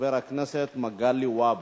חבר הכנסת מגלי והבה.